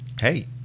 hey